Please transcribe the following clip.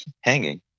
hanging